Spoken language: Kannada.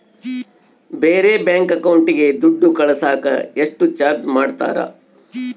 ಬೇರೆ ಬ್ಯಾಂಕ್ ಅಕೌಂಟಿಗೆ ದುಡ್ಡು ಕಳಸಾಕ ಎಷ್ಟು ಚಾರ್ಜ್ ಮಾಡತಾರ?